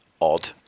odd